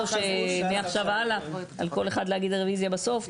מעכשיו והלאה, על כל אחד להגיע רביזיה בסוף.